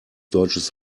deutsches